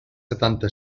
setanta